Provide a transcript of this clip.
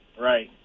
Right